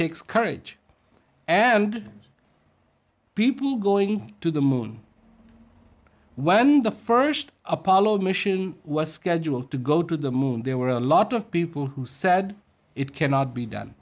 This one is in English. takes courage and people going to the moon when the first apollo mission was scheduled to go to the moon there were a lot of people who said it cannot be done